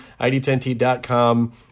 ID10T.com